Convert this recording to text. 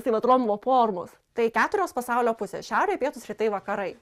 tai vat rombo formos tai keturios pasaulio pusės šiaurė pietūs rytai vakarai